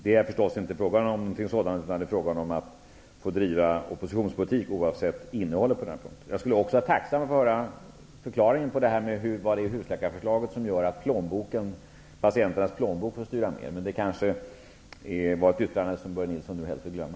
Det här är förstås fråga om att få driva oppositionspolitik oavsett innehållet på den punkten. Jag skulle vara tacksam att få höra en förklaring angående vad det är i husläkarförslaget som gör att det är patientens plånbok som får styra. Det kanske var ett yttrande som Börje Nilsson helst vill glömma.